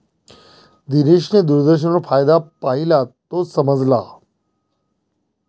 दिनेशने दूरदर्शनवर फायदा पाहिला, तो समजला